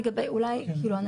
בשביל זה יש בחוק את ההכרזה.